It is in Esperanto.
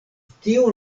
tiu